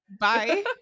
Bye